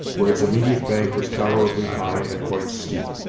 where its immediate bank was tolerably high and quite steep.